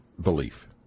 belief